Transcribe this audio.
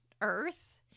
earth